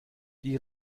die